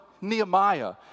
Nehemiah